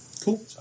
Cool